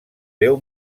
déu